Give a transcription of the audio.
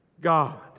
God